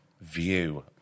view